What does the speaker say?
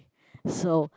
so